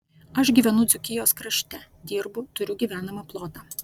aš gyvenu dzūkijos krašte dirbu turiu gyvenamą plotą